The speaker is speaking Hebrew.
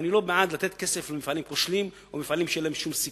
ואני לא בעד לתת כסף למפעלים כושלים או למפעלים שאין להם שום סיכוי.